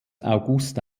august